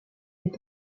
est